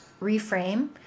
reframe